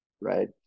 right